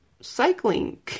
Cycling